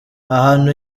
ahantu